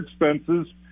expenses